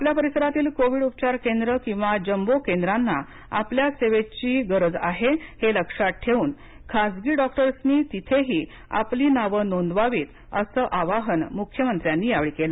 आपल्या परिसरातील कोविड उपचार केंद्र किंवा जम्बो केंद्रांना आपल्या सेवेची गरज आहे हे लक्षात ठेवून खासगी डॉक्टर्सनी तिथेही आपली नाव नोंदवावी असं आवाहन मुख्यमंत्र्यांनी यावेळी केलं